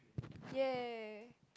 !yay!